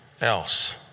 else